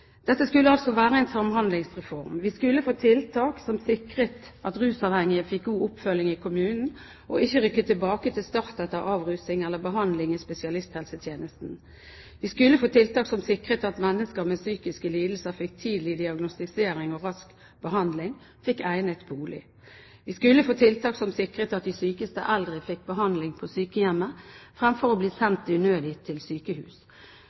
Dette skulle være en samhandlingsreform. Vi skulle få tiltak som sikret at rusavhengige fikk god oppfølging i kommunene og ikke rykket tilbake til start etter avrusing eller behandling i spesialisthelsetjenesten. Vi skulle få tiltak som sikret at mennesker med psykiske lidelser fikk tidlig diagnostisering, rask behandling og egnet bolig. Vi skulle få tiltak som sikret at de sykeste eldre fikk behandling på sykehjemmet fremfor å bli sendt unødig til sykehus.